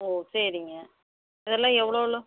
ஓ சரிங்க இதெல்லாம் எவ்வளோவ்ளோ